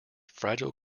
fragile